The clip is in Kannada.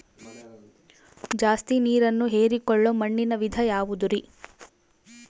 ಜಾಸ್ತಿ ನೇರನ್ನ ಹೇರಿಕೊಳ್ಳೊ ಮಣ್ಣಿನ ವಿಧ ಯಾವುದುರಿ?